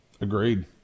Agreed